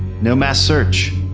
no mass search.